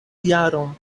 jaron